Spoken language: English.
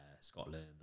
Scotland